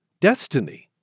destiny